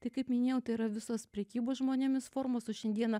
tai kaip minėjau tai yra visos prekybos žmonėmis formos o šiandiena